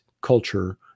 culture